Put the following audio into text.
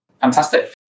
fantastic